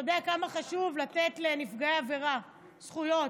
ואתה יודע כמה חשוב לתת לנפגעי עבירה זכויות.